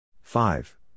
Five